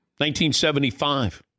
1975